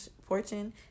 fortune